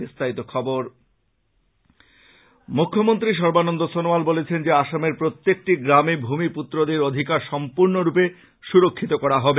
বিস্তারিত খবর মুখ্যমন্ত্রী সর্বানন্দ সনোয়াল বলেছেন যে আসামের প্রত্যেকটি গ্রামে ভূমিপুত্রদের অধিকার সম্পূর্ণরূপে সুরক্ষিত করা হবে